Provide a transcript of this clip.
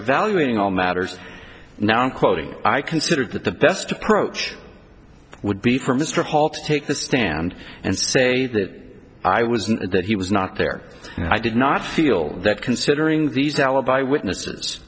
evaluating all matters now i'm quoting i considered that the best approach would be for mr hall to take the stand and say that i was and that he was not there and i did not feel that considering these alibi witnesses